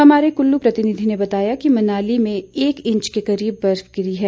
हमारे कुल्लू प्रतिनिधि ने बताया कि मनाली में एक इंच के करीब बर्फ गिरी है